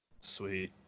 sweet